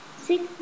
six